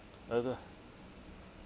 other